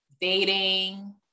dating